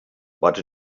but